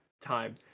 time